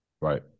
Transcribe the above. Right